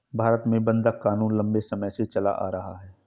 भारत में बंधक क़ानून लम्बे समय से चला आ रहा है